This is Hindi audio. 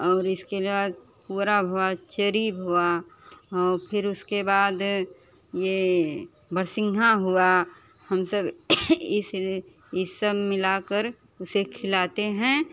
और इसके बाद पुअरा हुआ चरी हुआ और फिर उसके बाद ये बड़सिंघा हुआ हम सब सब मिलाकर उसे खिलाते हैं